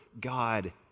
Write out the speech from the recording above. God